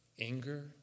anger